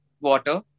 water